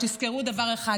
שתזכרו דבר אחד,